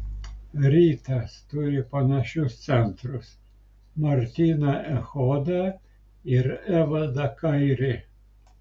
rytas turi panašius centrus martyną echodą ir evaldą kairį